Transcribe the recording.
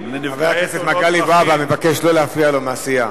חבר הכנסת מגלי והבה מבקש לא להפריע לו מהסיעה.